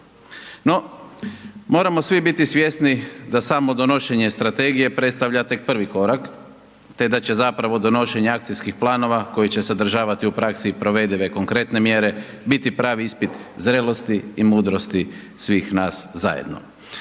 To, moramo svi biti svjesni da samo donošenje strategije predstavlja tek prvi korak te da će zapravo donošenje akcijskih planova, koji će sadržavati u praksi provedive i konkretne mjere, biti pravi ispit zrelosti i mudrosti svih nas zajedno.